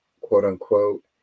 quote-unquote